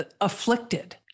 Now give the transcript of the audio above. afflicted